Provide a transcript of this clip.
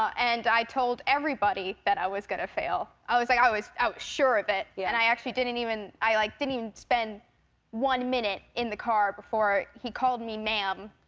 and i told everybody that i was going to fail. i was like, i was sure of it. yeah and i actually didn't even i like didn't even spend one minute in the car before he called me ma'am,